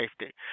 safety